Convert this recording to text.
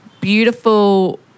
beautiful